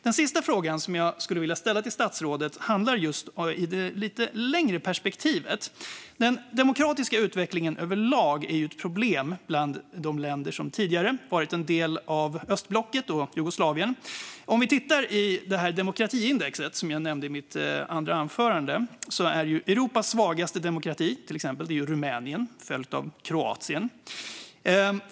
Den sista frågan jag skulle vilja ställa till statsrådet handlar om det lite längre perspektivet. Den demokratiska utvecklingen överlag är ju ett problem i de länder som tidigare varit en del av östblocket och Jugoslavien. Om vi tittar på demokratiindexet som jag nämnde i mitt förra inlägg ser man till exempel att Europas svagaste demokrati är Rumänien, följd av Kroatien.